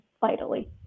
vitally